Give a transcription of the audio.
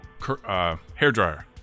hairdryer